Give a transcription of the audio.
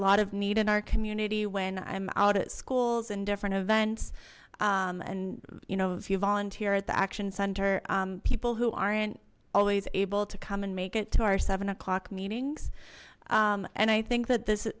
lot of need in our community when i'm out of schools in different events and you know if you volunteer at the action center people who aren't always able to come and make it to our seven o'clock meetings and i think that this